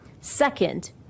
Second